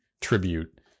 tribute